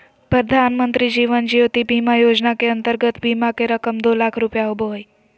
प्रधानमंत्री जीवन ज्योति बीमा योजना के अंतर्गत बीमा के रकम दो लाख रुपया होबो हइ